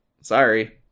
sorry